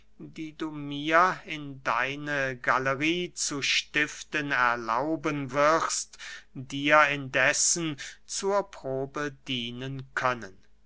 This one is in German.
die du mir in deine galerie zu stiften erlauben wirst dir indessen zur probe dienen können